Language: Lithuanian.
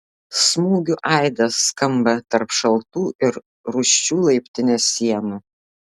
smūgių aidas skamba tarp šaltų ir rūsčių laiptinės sienų